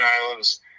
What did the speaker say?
islands